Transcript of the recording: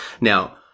Now